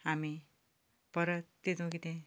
आमी परत तातूंत कितें